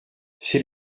c’est